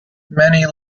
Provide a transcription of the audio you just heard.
many